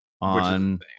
on